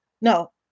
No